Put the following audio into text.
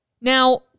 Now